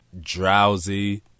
drowsy